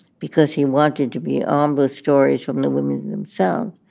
because he wanted to be armed with stories from the women themselves,